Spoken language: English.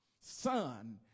son